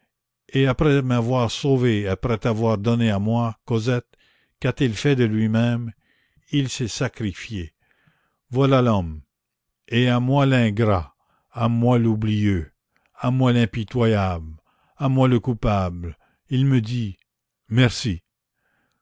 et après m'avoir sauvé et après t'avoir donnée à moi cosette qu'a-t-il fait de lui-même il s'est sacrifié voilà l'homme et à moi l'ingrat à moi l'oublieux à moi l'impitoyable à moi le coupable il me dit merci